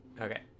Okay